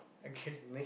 okay